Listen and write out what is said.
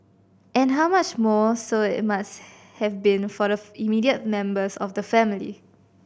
and how much more so it must have been for the immediate members of the family